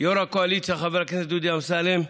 יו"ר הקואליציה, חבר הכנסת דודי אמסלם,